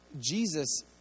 Jesus